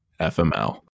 FML